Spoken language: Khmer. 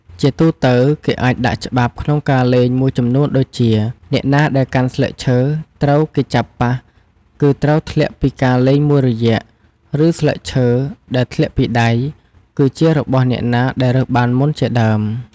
ជាទូទៅ គេអាចដាក់ច្បាប់ក្នុងការលេងមួយចំនួនដូចជា អ្នកណាដែលកាន់ស្លឹកឈើត្រូវគេចាប់ប៉ះ គឺត្រូវធ្លាក់ពីការលេងមួយរយៈ ឬ ស្លឹកឈើដែលធ្លាក់ពីដៃ គឺជារបស់អ្នកណាដែលរើសបានមុនជាដើម។